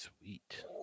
Sweet